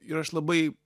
ir aš labai